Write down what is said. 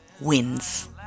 wins